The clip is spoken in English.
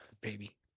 baby